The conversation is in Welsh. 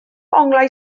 onglau